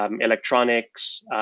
electronics